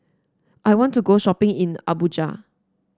I want to go shopping in Abuja